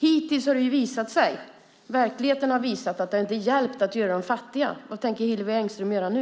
Hittills har verkligheten visat att det inte har hjälpt att göra dem fattiga. Vad tänker Hillevi Engström göra nu?